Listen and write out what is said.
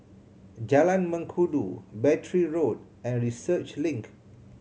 Jalan Mengkudu Battery Road and Research Link